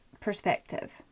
perspective